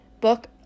book